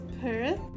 Perth